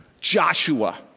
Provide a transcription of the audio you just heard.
Joshua